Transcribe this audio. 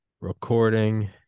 recording